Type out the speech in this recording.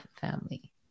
family